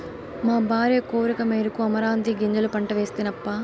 మా భార్య కోరికమేరకు అమరాంతీ గింజల పంట వేస్తినప్పా